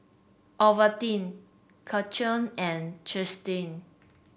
Ovaltine Karcher and Chesdale